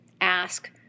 ask